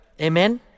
Amen